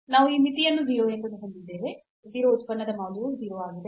ನಾವು ಈ ಮಿತಿಯನ್ನು 0 ಎಂದು ಹೊಂದಿದ್ದೇವೆ 0 ಉತ್ಪನ್ನದ ಮೌಲ್ಯವು 0 ಆಗಿದೆ